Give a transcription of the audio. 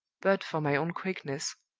but for my own quickness,